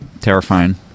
terrifying